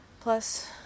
plus